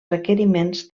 requeriments